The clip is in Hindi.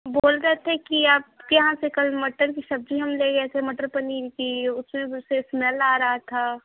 बो बोल रहे थे की आपके यहाँ से कल मटर की सब्ज़ी हम ले गए थे मटर पनीर की उसमें कुछ से इस्मेल आ रहा था